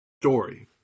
story